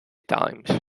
times